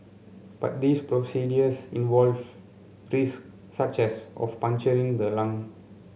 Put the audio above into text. but these procedures involve risk such as of puncturing the lung